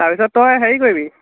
তাৰ পিছত তই হেৰি কৰিবি